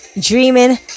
dreaming